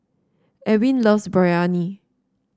Ewin loves Biryani